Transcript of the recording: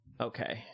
Okay